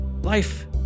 Life